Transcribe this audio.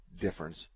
difference